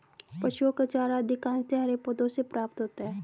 पशुओं का चारा अधिकांशतः हरे पौधों से प्राप्त होता है